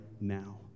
now